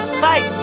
fight